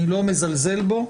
אני לא מזלזל בו.